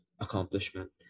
accomplishment